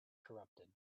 corrupted